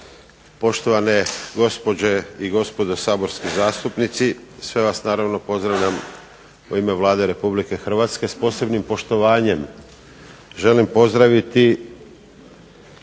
poštovane gospođe i gospodo saborski zastupnici, sve vas naravno pozdravljam u ime Vlade Republike Hrvatske s posebnim poštovanjem, želim pozdraviti